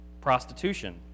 prostitution